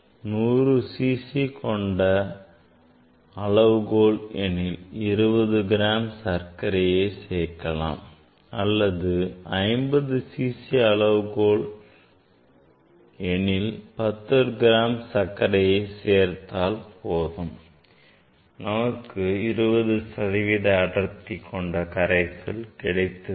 100 cc கொண்ட அளவு கோல் எனில் 20 கிராம் சர்க்கரையை சேர்க்கலாம் அல்லது 50 cc அளவுகோல் எனில் 10 கிராம் சர்க்கரையை சேர்த்தால் நமக்கு 20 சதவீத அடர்த்தி கொண்ட கரைசல் கிடைத்துவிடும்